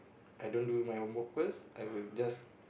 I don't do my homework first I will just